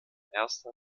erster